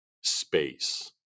space